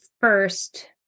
first